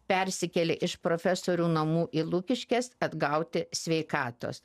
persikėlė iš profesorių namų į lukiškes atgauti sveikatos